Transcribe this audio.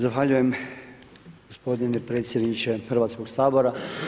Zahvaljujem gospodine predsjedniče Hrvatskog sabora.